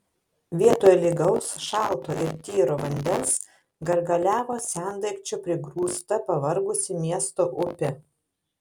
vietoj lygaus šalto ir tyro vandens gargaliavo sendaikčių prigrūsta pavargusi miesto upė